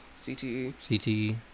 CTE